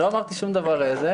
לא אמרתי שום דבר מעבר לזה.